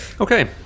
Okay